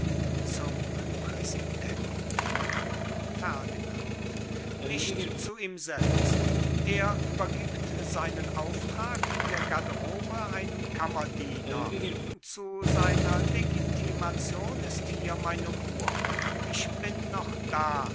zum präsidenten ferdinand nicht zu ihm selbst er übergibt seinen auftrag in der garderobe einem kammerdiener zu seiner legitimation ist hier meine uhr ich bin noch da